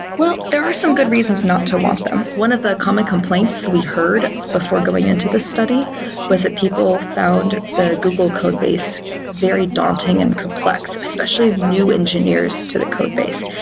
well, there are some good reasons not to want them. one of the common complaints we heard before going into this study was that people found the google codebase very daunting and complex, especially new engineers to the code base,